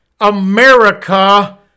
America